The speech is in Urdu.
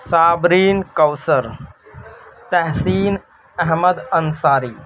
صبرین کوثر تحسین احمد انصاری